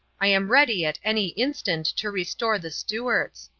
i am ready at any instant to restore the stuarts.